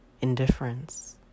indifference